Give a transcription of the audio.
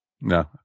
no